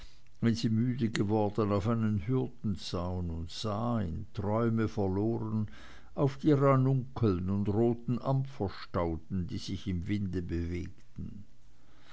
wenn sie müde geworden auf einen hürdenzaun und sah in träume verloren auf die ranunkeln und roten ampferstauden die sich im winde bewegten